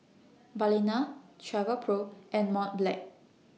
Balina Travelpro and Mont Blanc